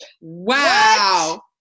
Wow